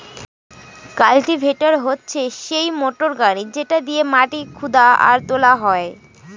cultivator হচ্ছে সেই motor গাড়ি যেটা দিয়েক মাটি খুদা আর তোলা হয়